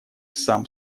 сам